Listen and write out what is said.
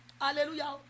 Hallelujah